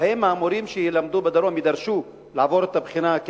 האם המורים שילמדו בדרום יידרשו לעבור את הבחינה,